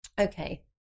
Okay